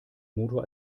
motor